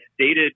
stated